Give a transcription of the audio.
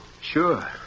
Sure